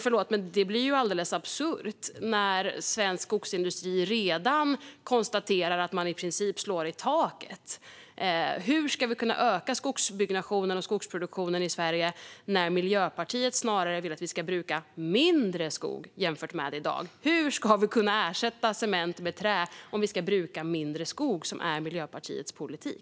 Förlåt, men det blir ju alldeles absurt när svensk skogsindustri redan konstaterar att man i princip slår i taket. Hur ska vi kunna öka skogsbyggnationen och skogsproduktionen i Sverige när Miljöpartiet snarare vill att vi ska bruka mindre skog jämfört med i dag? Hur ska vi kunna ersätta cement med trä om vi ska bruka mindre skog, vilket är Miljöpartiets politik?